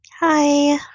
Hi